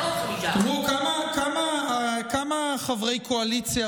5% ועוד 5%. כמה חברי קואליציה,